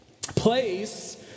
Place